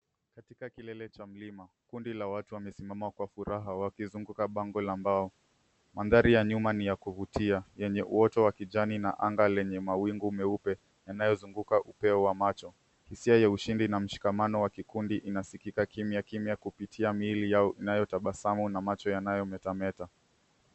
Katika kilele cha mlima kundi la watu wamesimama kwa furaha wakizunguka bango la mbao. Mandhari ya nyuma ni ya kuvutia yenye uoto wa kijani na anga lenye mawingu nyeupe yanayozunguka upeo wa macho. Hisia ya ushindi na mshikamano wa kikundi inasikika kimyakimya kupitia mili yao inayotabasamu na macho yanayometameta.